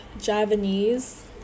Javanese